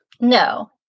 No